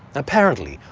apparently,